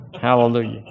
Hallelujah